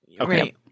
Okay